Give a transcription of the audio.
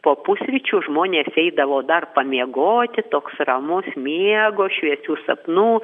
po pusryčių žmonės eidavo dar pamiegoti toks ramus miego šviesių sapnų